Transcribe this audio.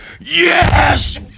Yes